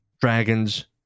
Dragons